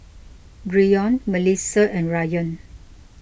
Bryon Melissia and Rayan